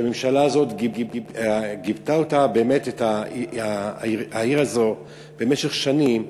והממשלה הזאת גיבתה באמת את העיר הזו במשך שנים,